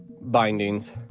bindings